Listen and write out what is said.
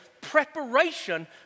preparation